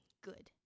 Good